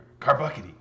Carbuckety